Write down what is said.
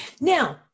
Now